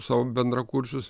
savo bendrakursius